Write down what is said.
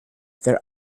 their